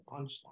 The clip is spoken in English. punchline